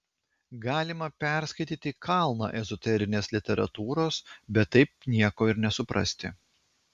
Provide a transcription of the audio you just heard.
galima perskaityti kalną ezoterinės literatūros bet taip nieko ir nesuprasti